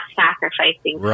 sacrificing